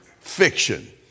fiction